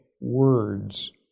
words